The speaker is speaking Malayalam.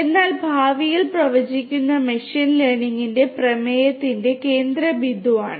എന്നാൽ ഭാവിയിൽ പ്രവചിക്കുന്നത് മെഷീൻ ലേണിംഗിന്റെ പ്രമേയത്തിന്റെ കേന്ദ്രബിന്ദുവാണ്